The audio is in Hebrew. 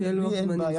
לי אין בעיה.